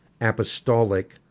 apostolic